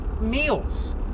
meals